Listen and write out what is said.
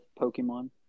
Pokemon